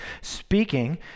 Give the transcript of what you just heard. speaking